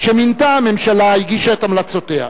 שמינתה הממשלה הגישה את המלצותיה.